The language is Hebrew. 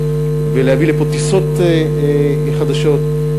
ולהביא לפה טיסות חדשות,